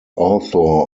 author